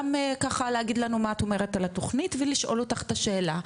גם ככה להגיד לנו מה את אומרת על התוכנית ולשאול אותך את השאלה,